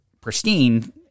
pristine